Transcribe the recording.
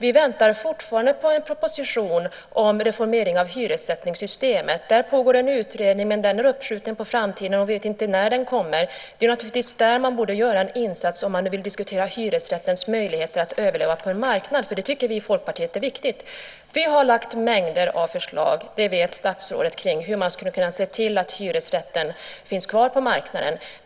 Vi väntar fortfarande på en proposition om en reformering av hyressättningssystemet. Det har tillsatts en utredning, men den är uppskjuten på framtiden. Vi vet inte när den kommer. Det är naturligtvis där som man borde göra en insats om man nu vill diskutera hyresrättens möjligheter att överleva på en marknad. Det tycker vi i Folkpartiet är viktigt. Vi har lagt fram mängder av förslag - det vet statsrådet - till hur man skulle kunna se till att hyresrätten finns kvar på marknaden.